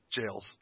jails